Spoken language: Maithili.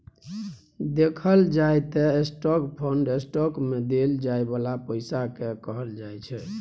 देखल जाइ त स्टाक फंड स्टॉक मे देल जाइ बाला पैसा केँ कहल जाइ छै